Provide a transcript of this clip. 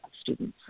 students